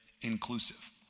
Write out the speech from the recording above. inclusive